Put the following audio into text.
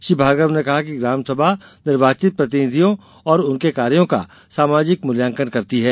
श्री भार्गव ने कहा है कि ग्राम सभा निर्वाचित प्रतिनिधियों और उनके कार्यों का सामाजिक मूल्यांकन करती है